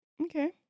Okay